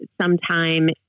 sometime